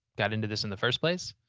got into this in the first place,